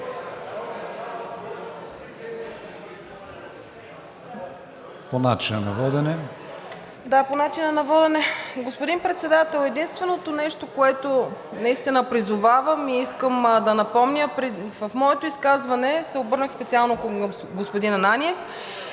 ДИМОВА (ГЕРБ-СДС): Да, по начина на водене. Господин Председател, единственото нещо, към което призовавам и искам да напомня – в моето изказване се обърнах специално към господин Ананиев